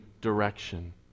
direction